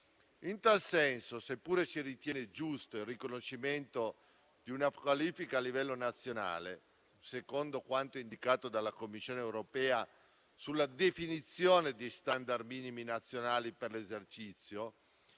In tal senso, seppure si ritiene giusto il riconoscimento di una qualifica a livello nazionale, secondo quanto indicato dalla Commissione europea sulla definizione di *standard* minimi nazionali per l'esercizio,